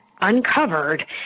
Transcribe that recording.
uncovered